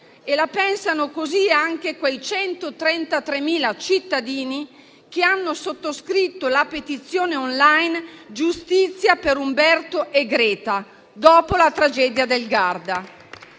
La pensano così anche quei 133.000 cittadini che hanno sottoscritto la petizione *online* «Giustizia per Umberto e Greta» dopo la tragedia del Garda.